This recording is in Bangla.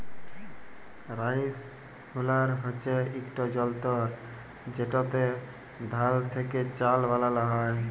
রাইসহুলার হছে ইকট যল্তর যেটতে ধাল থ্যাকে চাল বালাল হ্যয়